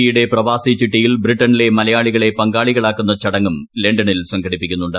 E യുടെ പ്രവാസി ചിട്ടിയിൽ ബ്രിട്ടണിലെ മലയാളികളെ പങ്കാളികളാക്കുന്ന ചടങ്ങും ലണ്ടനിൽ സംഘടിപ്പിക്കുന്നുണ്ട്